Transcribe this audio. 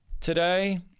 Today